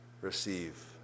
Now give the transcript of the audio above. receive